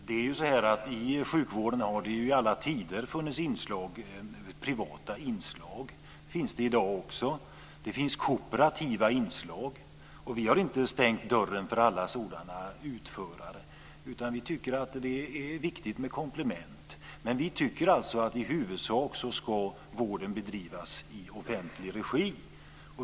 Fru talman! Det har i alla tider funnits privata inslag inom sjukvården. Det finns i dag också. Det finns kooperativa inslag. Vi har inte stängt dörren för alla sådana utförare. Men vi tycker att det är viktigt med komplement. I huvudsak ska vården bedrivas i offentlig regi.